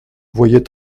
voyait